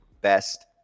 best